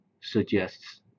suggests